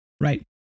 Right